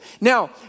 Now